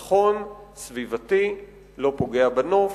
נכון, סביבתי, לא פוגע בנוף